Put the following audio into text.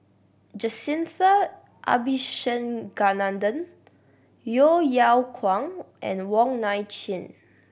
Jacintha Abisheganaden Yeo Yeow Kwang and Wong Nai Chin